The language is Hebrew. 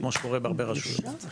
כמו שקורה בהרבה מקומות.